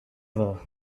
will